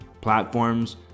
platforms